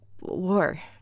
War